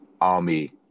army